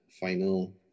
final